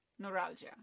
Neuralgia